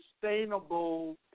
sustainable